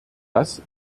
das